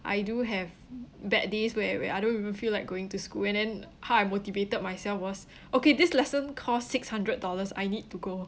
I do have bad days where where I don't even feel like going to school and then how I motivated myself was okay this lesson costs six hundred dollars I need to go